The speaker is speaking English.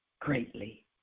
greatly